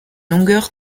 longueur